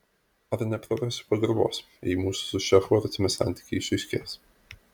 ar neprarasiu pagarbos jei mūsų su šefu artimi santykiai išaiškės